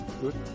good